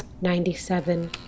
ninety-seven